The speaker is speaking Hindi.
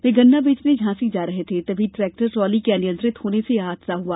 वे गन्ना बेचने झांसी जा रहे थे तभी ट्रेक्टर ट्रॉली के अनियंत्रित होने से यह हादसा हुआ